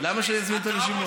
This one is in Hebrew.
למה שאני אזמין אותו לשימוע?